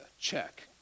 Check